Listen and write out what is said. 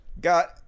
got